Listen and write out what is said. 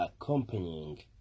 accompanying